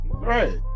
Right